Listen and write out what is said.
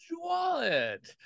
Wallet